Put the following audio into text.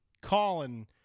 Colin